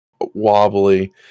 wobbly